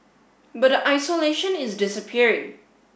but the isolation is disappearing